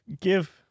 give